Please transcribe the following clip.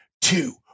two